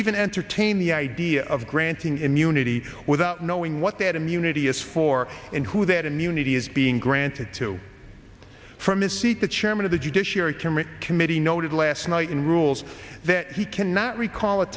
even entertain the idea of granting immunity without knowing what that immunity is for and who that immunity is being granted to from a seat the chairman of the judiciary committee committee noted last night in rules that he cannot recall a